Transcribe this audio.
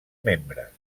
membres